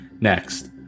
Next